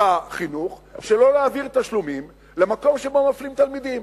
החינוך שלא להעביר תשלומים למקום שבו מפלים תלמידים.